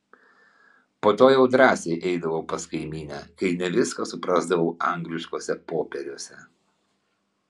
po to jau drąsiai eidavau pas kaimynę kai ne viską suprasdavau angliškuose popieriuose